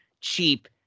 cheap